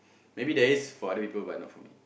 maybe there is for other people but not for me